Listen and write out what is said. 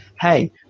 hey